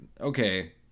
okay